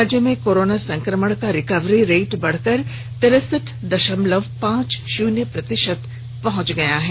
राज्य में कोरोना संक्रमण का रिकवरी रेट बढ़कर तिरसठ दशमलव पांच शून्य प्रतिशत पहुंच गया है